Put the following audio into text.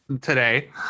today